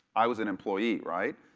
i was an employee, right?